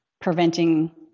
preventing